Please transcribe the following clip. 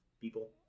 people